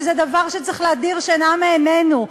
שזה דבר שצריך להדיר שינה מעינינו,